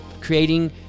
creating